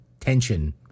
tension